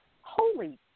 holy